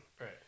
Right